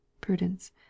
prudence